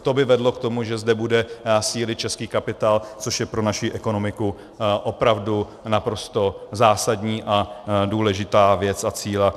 To by vedlo k tomu, že zde bude sílit český kapitál, což je pro naši ekonomiku opravdu naprosto zásadní a důležitá věc a cíl.